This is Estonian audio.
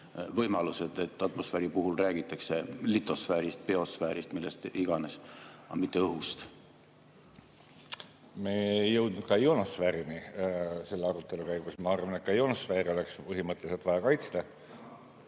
võimalused? Atmosfääri puhul räägitakse litosfäärist, biosfäärist, millest iganes, aga mitte õhust. Me ei jõudnud ka ionosfäärini selle arutelu käigus. Ma arvan, et ka ionosfääri oleks põhimõtteliselt vaja kaitsta.